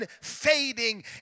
Fading